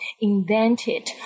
invented